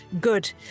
Good